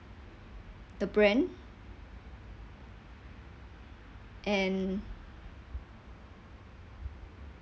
the brand and